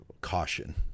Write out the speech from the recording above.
caution